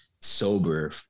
sober